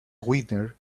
winner